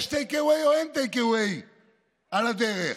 יש take away או אין take away על הדרך?